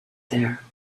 there